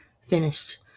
finished